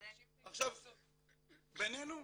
בינינו,